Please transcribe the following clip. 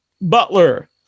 butler